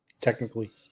technically